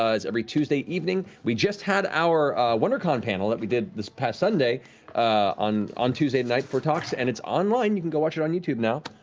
ah is every tuesday evening. we just had our wondercon panel that we did this past sunday on on tuesday night for talks, and it's online. you can go watch it on youtube now.